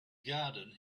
garden